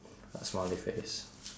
a smiley face